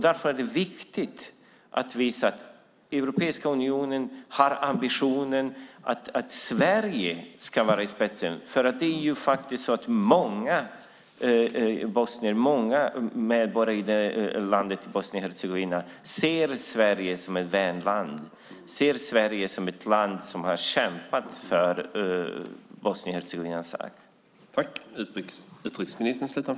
Därför är det viktigt att visa att Europeiska unionen har ambitionen och att Sverige ska vara i spetsen. Det är många medborgare i Bosnien-Hercegovina ser Sverige som ett vänland, som ett land som har kämpat för Bosnien-Hercegovinas sak.